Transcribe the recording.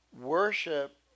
worship